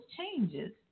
changes